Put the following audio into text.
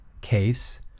case